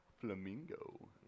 Flamingo